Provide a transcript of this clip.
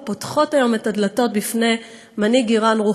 פותחות היום את הדלתות בפני מנהיג איראן,